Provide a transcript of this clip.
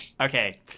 okay